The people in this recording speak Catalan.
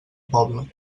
poble